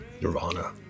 Nirvana